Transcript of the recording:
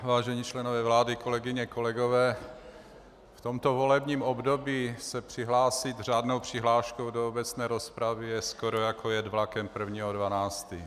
Vážení členové vlády, kolegyně, kolegové, v tomto volebním období se přihlásit řádnou přihláškou do obecné rozpravy je skoro jako jet vlakem 1. 12.